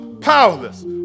powerless